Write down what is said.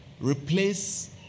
replace